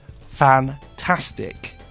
fantastic